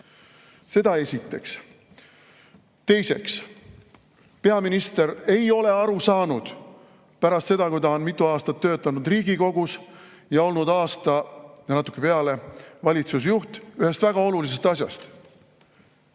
Seda esiteks. Teiseks, peaminister ei ole aru saanud – pärast seda, kui ta on mitu aastat töötanud Riigikogus ning olnud aasta ja natuke peale valitsusjuht – ühest väga olulisest asjast: